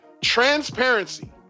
Transparency